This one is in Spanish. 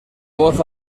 voz